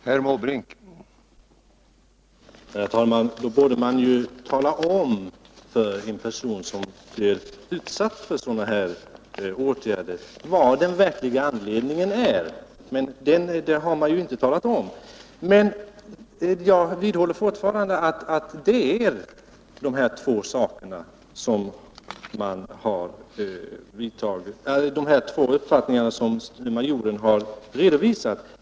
Herr talman! Då borde man ju tala om för en person som är utsatt för sådana här åtgärder vad den verkliga anledningen är. Men det har man inte talat om. Jag vidhåller emellertid fortfarande att anledningen till att majoren förflyttats är de två uppfattningar han har redovisat.